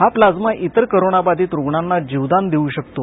हा प्लाझ्मा इतर कोरोनाबाधित रुग्णांना जीवनदान देऊ शकतो